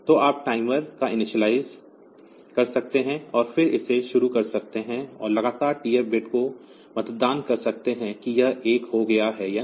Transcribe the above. तो आप टाइमर को इनिशियलाइज़ कर सकते हैं और फिर इसे शुरू कर सकते हैं और लगातार TF बिट को मतदान कर सकते हैं कि यह 1 हो गया है या नहीं